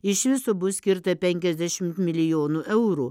iš viso bus skirta penkiasdešimt milijonų eurų